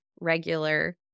regular